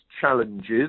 challenges